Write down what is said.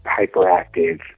hyperactive